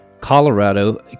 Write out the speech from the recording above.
Colorado